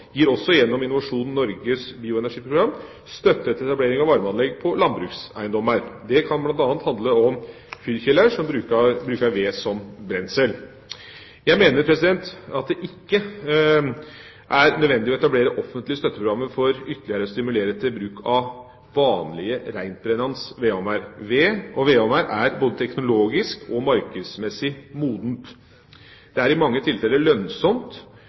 gir også gjennom Innovasjon Norges bioenergiprogram støtte til etablering av varmeanlegg på landbrukseiendommer. Det kan bl.a. handle om fyrkjeler som bruker ved som brensel. Jeg mener at det ikke er nødvendig å etablere offentlige støtteprogrammer for ytterligere å stimulere til bruk av vanlige rentbrennende vedovner. Ved og vedovner er både teknologisk og markedsmessig modent. Det er i mange tilfeller lønnsomt